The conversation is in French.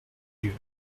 yeux